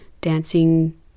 dancing